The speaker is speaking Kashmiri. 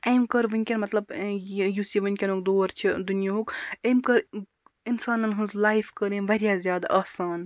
امۍ کٔر وٕنکٮ۪ن مطلب یہِ یُس یہِ وٕنکٮ۪نُک دور چھُ دُنیاہُک امۍ کٔر اِنسانَن ہٕنٛز لایِف کٔر امۍ واریاہ زیادٕ آسان